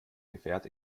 gefährt